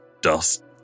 dust